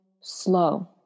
slow